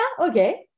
Okay